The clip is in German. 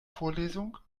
vorlesung